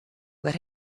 let